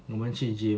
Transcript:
我们去 gym